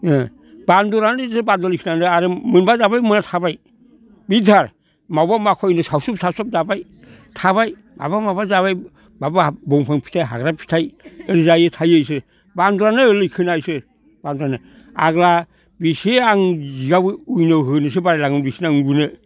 बान्द'रानो बिसोरो बान्द'र निसिना नालाय मोनबा जाबाय मोनाबा थाबाय बिदिथार माबा माखयनो सावसुब सावसुब जाबाय थाबाय माबा माबा जाबाय माबा दंफां फिथाइ हाग्रा फिथाइ जायो थायो बिसोरो बान्द'रानो लैखोना बिसोरो आगोलो बेसे आं जिगाब होनोसो बालायलाङोमोन बिसोरनो आं उन्दुनो